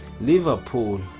Liverpool